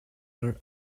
are